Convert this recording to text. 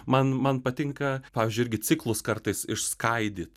man man patinka pavyzdžiui irgi ciklus kartais išskaidyt